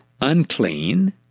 unclean